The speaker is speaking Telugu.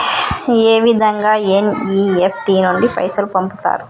ఏ విధంగా ఎన్.ఇ.ఎఫ్.టి నుండి పైసలు పంపుతరు?